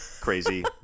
crazy